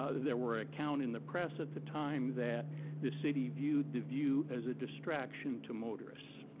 ah there were account in the press at the time that the city viewed the view as a distraction to motorists.